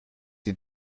die